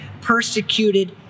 persecuted